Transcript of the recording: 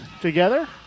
together